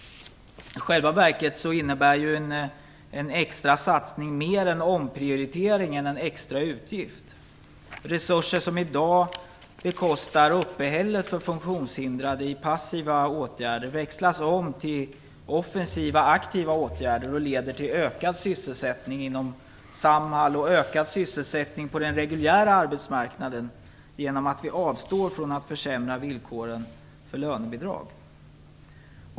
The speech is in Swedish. I själva verket innebär en extra satsning mer en omprioritering än en extra utgift. Resurser som i dag bekostar uppehället för funktionshindrade i passiva åtgärder växlas till resurser för offensiva, aktiva åtgärder och leder till ökad sysselsättning inom Samhall och ökad sysselsättning på den reguljära arbetsmarknaden genom att vi avstår från att försämra villkoren för lönebidrag.